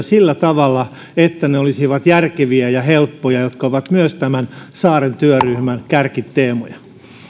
sillä tavalla että ne olisivat järkeviä ja helppoja jotka tuet ovat myös tämän saaren työryhmän kärkiteemoja